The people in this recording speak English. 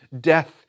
death